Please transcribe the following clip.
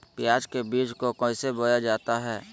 प्याज के बीज को कैसे बोया जाता है?